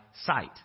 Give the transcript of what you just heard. sight